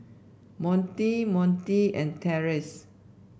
Monte Monte and Terrence